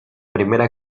primera